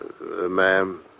Ma'am